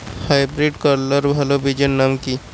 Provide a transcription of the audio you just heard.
Hybrid করলার ভালো বীজের নাম কি?